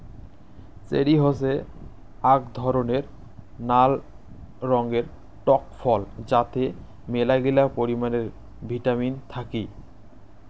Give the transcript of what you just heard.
cherry হসে আক ধরণের নাল রঙের টক ফল যাতে মেলাগিলা পরিমানে ভিটামিন থাকি